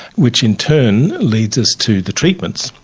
which in turn leads us to the treatments,